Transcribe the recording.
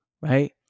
right